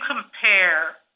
compare